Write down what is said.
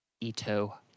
Ito